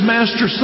Master